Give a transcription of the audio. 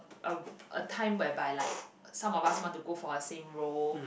a a time whereby like some of us want to go for a same role